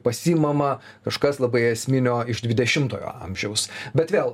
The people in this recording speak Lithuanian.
pasiimama kažkas labai esminio iš dvidešimtojo amžiaus bet vėl